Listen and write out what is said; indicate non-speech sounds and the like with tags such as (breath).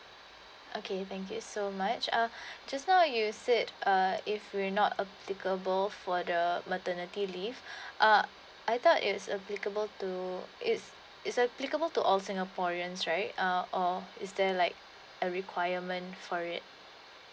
okay thank you so much uh (breath) just now you said uh if we're not applicable for the maternity leave (breath) uh I thought it's applicable to it's it's applicable to all singaporens right uh or is there like a requirement for it